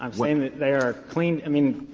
i'm saying that they are clean i mean,